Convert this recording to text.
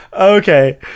okay